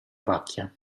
pacchia